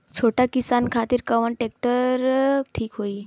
छोट किसान खातिर कवन ट्रेक्टर ठीक होई?